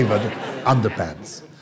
underpants